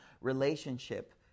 relationship